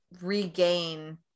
regain